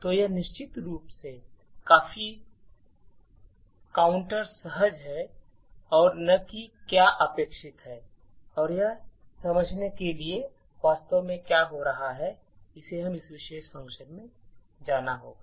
तो यह निश्चित रूप से काफी काउंटर सहज है और न कि क्या अपेक्षित है और यह समझने के लिए कि वास्तव में क्या हो रहा है हमें इस विशेष फ़ंक्शन में जाना होगा